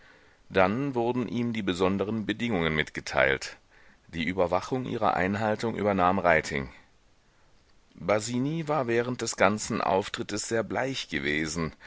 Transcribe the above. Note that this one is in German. dann wurden ihm die besonderen bedingungen mitgeteilt die überwachung ihrer einhaltung übernahm reiting basini war während des ganzen auftrittes sehr bleich gewesen